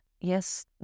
yes